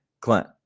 Clint